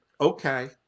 Okay